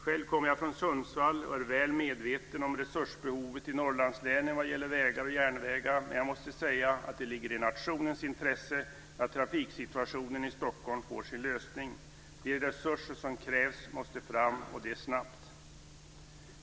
Själv kommer jag från Sundsvall och är väl medveten om resursbehovet i Norrlandslänen vad gäller vägar och järnvägar, men jag måste säga att det ligger i nationens intresse att trafiksituationen i Stockholm får sin lösning. De resurser som krävs måste fram, och det snabbt.